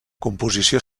composició